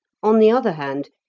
on the other hand,